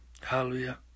Hallelujah